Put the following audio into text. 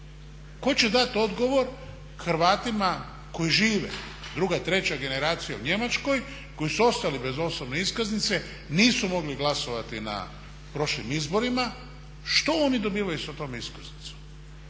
Tko će dati odgovor Hrvatima koji žive, druga, treća generacija u Njemačkoj koji su ostali bez osobne iskaznice, nisu mogli glasovati na prošlim izborima? Što oni dobivaju s tom iskaznicom?